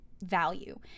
value